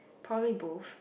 probably both